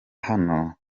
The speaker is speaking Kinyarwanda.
yaho